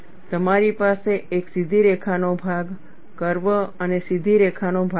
તમારી પાસે એક સીધી રેખાનો ભાગ કર્વ અને સીધી રેખાનો ભાગ હશે